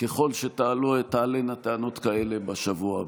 ככל שתעלינה טענות כאלה בשבוע הבא.